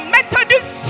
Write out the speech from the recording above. Methodist